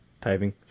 typing